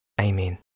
Amen